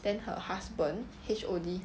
then her husband H_O_D